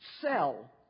Sell